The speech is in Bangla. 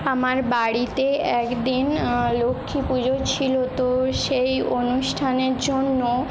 আমার বাড়িতে একদিন লক্ষ্মীপুজো ছিল তো সেই অনুষ্ঠানের জন্য